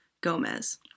Gomez